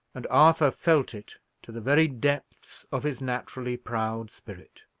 and arthur felt it to the very depths of his naturally proud spirit.